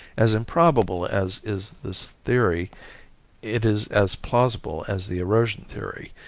as improbable as is this theory it is as plausible as the erosion theory,